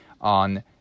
on